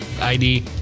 ID